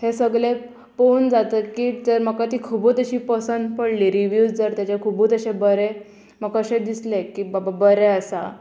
हें सगलें पळोवून जातकीर जर म्हाका ती खुबूत अशी पसंद पडली रिव्यूज जर तेजे खुबूत अशे बरें म्हाका अशें दिसलें की बाबा बरें आसा